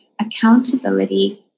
accountability